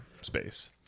space